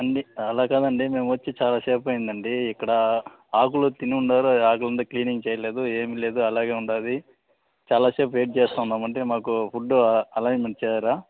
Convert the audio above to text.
అండి అలాకాదండి మేము వచ్చి చాలా సేపు అయ్యిందండి ఇక్కడ ఆకులు తిని ఉన్నారు ఆకులు అంతా క్లీనింగ్ చేయలేదు ఏమి లేదు అలాగే ఉంది చాలా సేపు వెయిట్ చేస్తూ ఉన్నాం అంటే మాకు ఫుడ్ అలైన్మెంట్ చేయరా